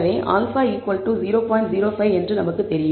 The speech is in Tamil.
05 என்று நமக்கு தெரியும்